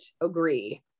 agree